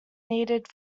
needed